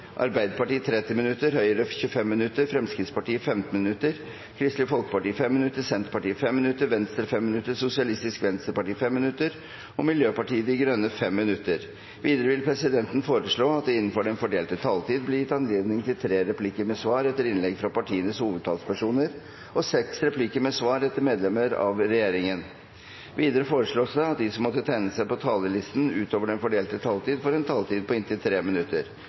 Arbeiderpartiet 30 minutter, Høyre 25 minutter, Fremskrittspartiet 15 minutter, Kristelig Folkeparti 5 minutter, Senterpartiet 5 minutter, Venstre 5 minutter, Sosialistisk Venstreparti 5 minutter og Miljøpartiet De Grønne 5 minutter. Videre vil presidenten foreslå at det blir gitt anledning til tre replikker med svar etter innlegg fra partienes hovedtalspersoner og seks replikker med svar etter medlemmer av regjeringen innenfor den fordelte taletid. Videre foreslås det at de som måtte tegne seg på talerlisten utover den fordelte taletid, får en taletid på inntil 3 minutter.